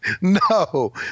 No